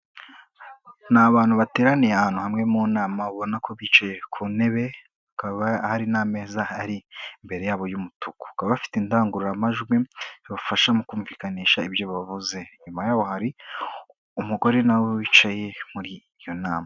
Ni abantu bateraniye ahantu hamwe mu nama ubona ko bicaye ku ntebe, hakaba hari n'ameza ahari imbere yabo y'umutuku, bakaba bafite indangururamajwi zibafasha mu kumvikanisha ibyo bavuze, inyuma yabo hari umugore nawe wicaye muri iyo nama.